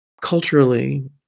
culturally